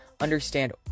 Understand